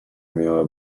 miała